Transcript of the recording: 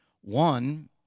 one